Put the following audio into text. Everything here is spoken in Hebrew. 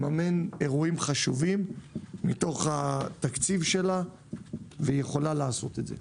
לממן אירועים חשובים מתוך התקציב שלה והיא יכולה לעשות את זה.